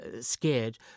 scared